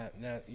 Now